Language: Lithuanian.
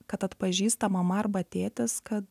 kad atpažįsta mama arba tėtis kad